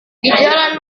dijalan